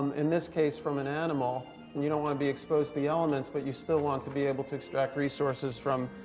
in this case, from an animal. and you don't want to be exposed to the elements, but you still want to be able to extract resources from,